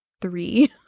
three